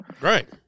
Right